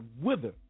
wither